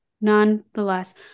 nonetheless